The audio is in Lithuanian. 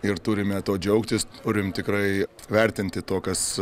ir turime tuo džiaugtis turim tikrai vertinti to kas